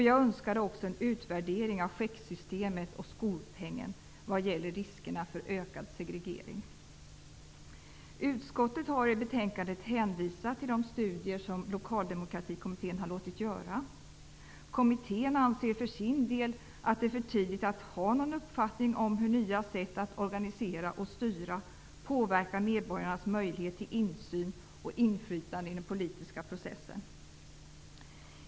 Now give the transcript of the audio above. Jag önskade också en utvärdering av checksystemet och skolpengen vad gäller riskerna för ökad segregering. Utskottet har i betänkandet hänvisat till de studier som Lokaldemokratikommittén har låtit göra. Kommittén anser för sin del att det är för tidigt att ha någon uppfattning om hur nya sätt att organisera och styra påverkar medborgarnas möjlighet till insyn och inflytande i den politiska processen.